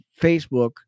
Facebook